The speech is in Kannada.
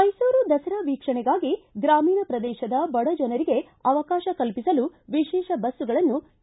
ಮೈಸೂರು ದಸರಾ ವೀಕ್ಷಣೆಗಾಗಿ ಗ್ರಾಮೀಣ ಪ್ರದೇಶದ ಬಡ ಜನರಿಗೆ ಅವಕಾಶ ಕಲ್ಲಿಸಲು ವಿಶೇಷ ಬಸ್ತುಗಳನ್ನು ಕೆ